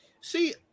See